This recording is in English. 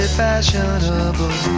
fashionable